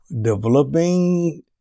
developing